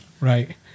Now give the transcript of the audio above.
Right